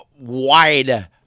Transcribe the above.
wide